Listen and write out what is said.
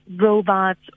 robots